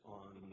on